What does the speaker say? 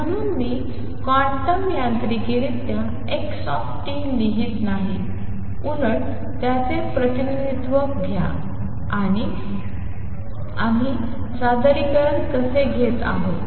म्हणून मी क्वांटम यांत्रिकरित्या x लिहित नाही उलट त्याचे प्रतिनिधित्व घ्या आणि आम्ही सादरीकरण कसे घेत आहोत